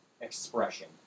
expression